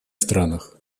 странах